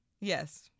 Yes